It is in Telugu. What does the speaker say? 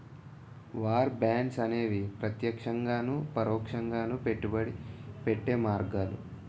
వార్ బాండ్స్ అనేవి ప్రత్యక్షంగాను పరోక్షంగాను పెట్టుబడి పెట్టే మార్గాలు